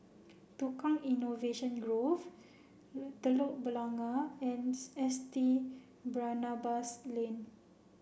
Tukang Innovation Grove Telok Blangah and S T Barnabas Lane